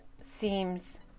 seems